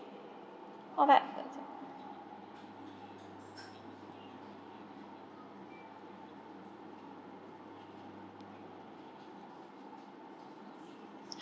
all that